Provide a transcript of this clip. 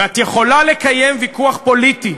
ואת יכולה לקיים ויכוח פוליטי,